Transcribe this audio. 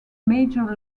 major